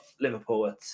Liverpool